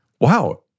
Wow